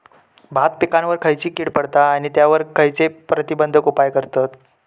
भात पिकांवर खैयची कीड पडता आणि त्यावर खैयचे प्रतिबंधक उपाय करतत?